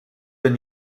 been